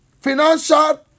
financial